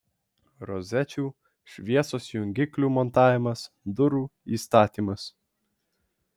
rozečių šviesos jungiklių montavimas durų įstatymas